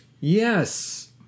Yes